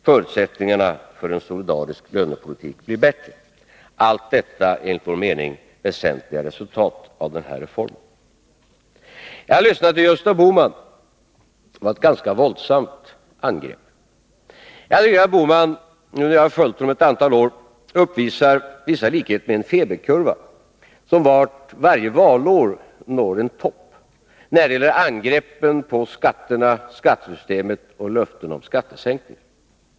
Förutsättningarna för en solidarisk lönepolitik blir bättre — allt detta enligt vår mening väsentliga resultat av den här reformen. Jag lyssnade till Gösta Bohman, som gjorde våldsamma angrepp på förslaget. Jag tycker att herr Bohman, nu när jag har följt honom ett antal år, uppvisar vissa likheter med en feberkurva, som varje valår når en topp när det gäller angrepp på skatterna och skattesystemet och när det gäller löften om skattesänkningar.